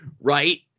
right